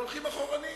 הולכים אחורה.